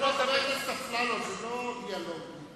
חבר הכנסת אפללו, זה לא דיאלוג מתמשך.